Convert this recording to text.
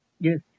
Yes